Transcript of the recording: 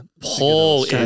Paul